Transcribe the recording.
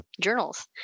journals